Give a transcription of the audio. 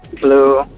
Blue